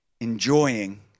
enjoying